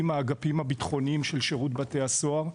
האגפים הביטחוניים של שירות בתי הסוהר,